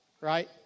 right